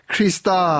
Krista